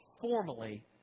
formally